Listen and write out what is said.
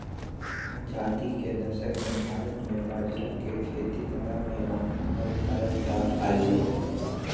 आजादी के दशक मे भारत मे बाजरा के खेती बड़ा पैमाना पर करल जा हलय